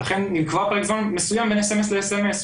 לכן נקבע פרק זמן מסוים בין אס.אמ.אס לאס.אמ.אס,